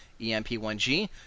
EMP1G